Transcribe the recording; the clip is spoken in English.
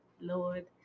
Lord